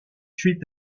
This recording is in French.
suite